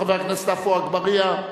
חבר הכנסת עפו אגבאריה,